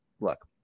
look